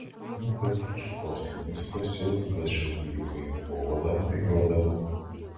nuo piotro čaikovskio muzikos jau tada šiurpuliukai po oda bėgiodavo